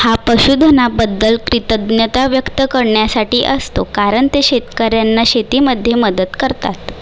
हा पशुधनाबद्दल कृतज्ञता व्यक्त करण्यासाठी असतो कारण ते शेतकऱ्यांना शेतीमध्ये मदत करतात